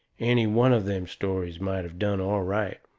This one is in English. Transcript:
any one of them stories might of done all right